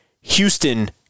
Houston